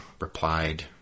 replied